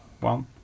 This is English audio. One